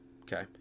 okay